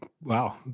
Wow